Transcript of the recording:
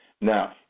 Now